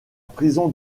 prison